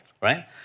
right